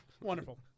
Wonderful